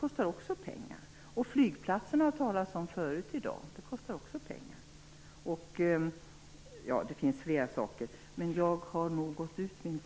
kostar också pengar. Flygplatserna har det talats om i dag. De kostar också pengar. Det finns flera saker, men min talartid är nog slut nu.